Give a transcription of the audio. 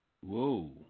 Whoa